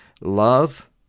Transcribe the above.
love